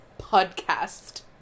Podcast